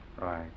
right